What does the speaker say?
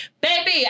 Baby